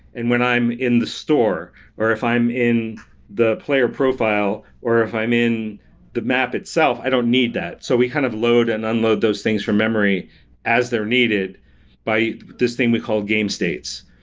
and when i'm in the store or if i'm in the player profile or if i'm in the map itself, i don't need that. so, we kind of load and unload those things from memory as they're needed by this thing we call game states.